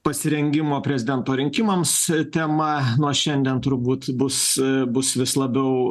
pasirengimo prezidento rinkimams tema nuo šiandien turbūt bus bus vis labiau